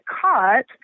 caught